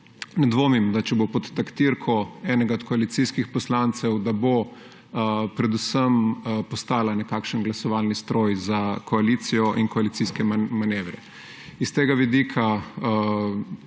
dvomim, da če bo pod taktirko enega od koalicijskih poslancev, da bo predvsem postala nekakšen glasovalni stroj za koalicijo in koalicijske manevre. S tega vidika